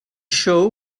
show